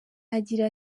agira